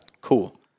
cool